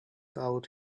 out